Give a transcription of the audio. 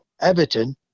Everton